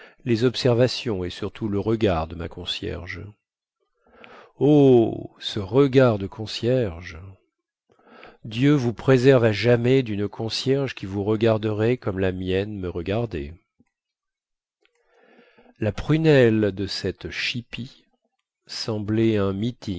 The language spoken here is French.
les observations et surtout le regard de ma concierge oh ce regard de concierge dieu vous préserve à jamais dune concierge qui vous regarderait comme la mienne me regardait la prunelle de cette chipie semblait un